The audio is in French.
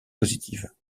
positives